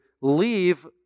leave